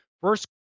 first